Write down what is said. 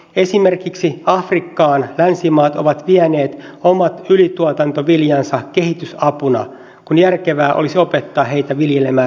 esimerkiksi afrikkaan länsimaat ovat vieneet omat ylituotantoviljansa kehitysapuna kun järkevää olisi opettaa heitä viljelemään maata